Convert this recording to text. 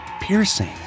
piercing